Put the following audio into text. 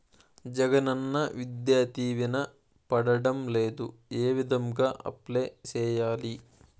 జగనన్న విద్యా దీవెన పడడం లేదు ఏ విధంగా అప్లై సేయాలి